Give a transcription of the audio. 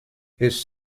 his